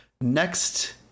Next